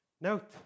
Note